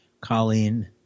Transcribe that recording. Colleen